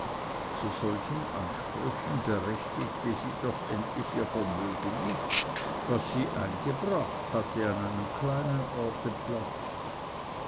zu solchen ansprüchen berechtige sie doch endlich ihr vermögen nicht was sie eingebracht habe an einem kleinen orte platz